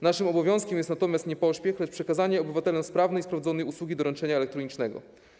Naszym obowiązkiem jest przy tym nie pośpiech, lecz przekazanie obywatelom sprawnej, sprawdzonej usługi doręczenia elektronicznego.